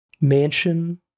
mansion